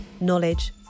knowledge